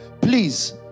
Please